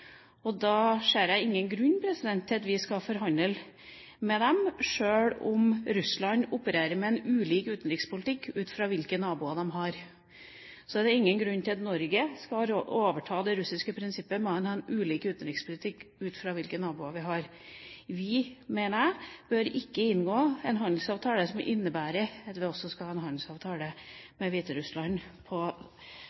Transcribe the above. Da ser jeg ingen grunn til at vi skal forhandle med dem. Sjøl om Russland opererer med ulik utenrikspolitikk ut fra hvilke naboer de har, er det ingen grunn til at Norge skal overta det russiske prinsippet om at man har ulik utenrikspolitikk ut fra hvilke naboer vi har. Vi, mener jeg, bør ikke inngå en handelsavtale som innebærer at vi også skal ha en handelsavtale